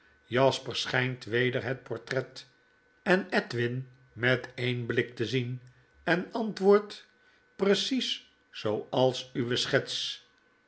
jasper schijnt weder het portret en edwin met een blik te zien en antwoordt precies zooals uwe schets